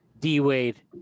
D-Wade